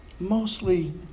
Mostly